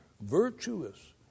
virtuous